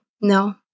No